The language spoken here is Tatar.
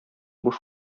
буш